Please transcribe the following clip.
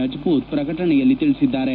ರಜಪೂತ್ ಪ್ರಕಟಣೆಯಲ್ಲಿ ತಿಳಿಸಿದ್ದಾರೆ